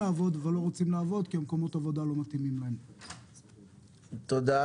לעבוד אבל לא רוצים לעבוד כי מקומות העבודה לא מתאימים להם.